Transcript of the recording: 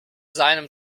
seinem